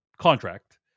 contract